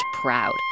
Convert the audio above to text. proud